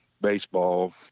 baseball